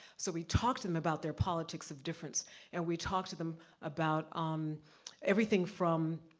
so we talk to them about their politics of difference and we talk to them about um everything from,